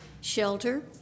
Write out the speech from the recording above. shelter